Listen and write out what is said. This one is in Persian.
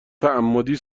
تعمدی